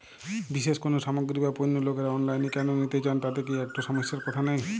বিশেষ কোনো সামগ্রী বা পণ্য লোকেরা অনলাইনে কেন নিতে চান তাতে কি একটুও সমস্যার কথা নেই?